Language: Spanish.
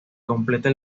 completa